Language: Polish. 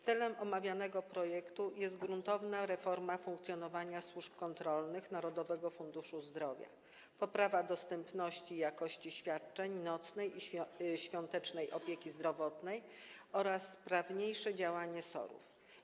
Celem omawianego projektu jest gruntowna reforma funkcjonowania służb kontrolnych Narodowego Funduszu Zdrowia, poprawa dostępności i jakości świadczeń nocnej i świątecznej opieki zdrowotnej oraz sprawniejsze działanie SOR-ów.